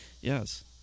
Yes